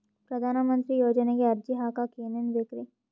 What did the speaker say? ಪ್ರಧಾನಮಂತ್ರಿ ಯೋಜನೆಗೆ ಅರ್ಜಿ ಹಾಕಕ್ ಏನೇನ್ ಬೇಕ್ರಿ?